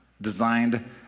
designed